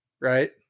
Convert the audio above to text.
right